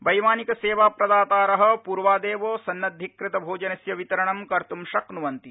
वैमानिकसद्विप्रदातार पूर्वादक्ष्ञसन्नद्विकृतभोजनस्य वितरणं कर्त् शक्नुवन्ति